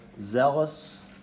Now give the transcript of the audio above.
zealous